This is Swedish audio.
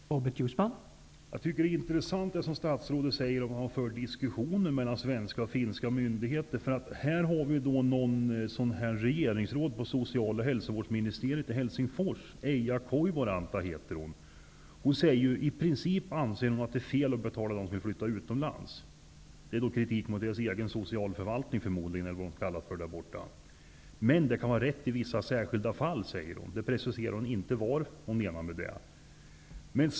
Herr talman! Jag tycker att det är intressant att statsrådet säger att det förs diskussioner mellan svenska och finska myndigheter. Det finns ett regeringsråd på Social och hälsovårdsministeriet i Helsingfors som säger att hon i princip anser att det är fel att betala dem som vill flytta utomlands. Det är förmodligen kritik mot den egna socialförvaltningen, eller vad de kallar den där borta. Hon säger däremot att det kan vara rätt i vissa särskilda fall, men hon preciserar inte vad hon menar med det.